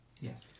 Yes